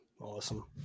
Awesome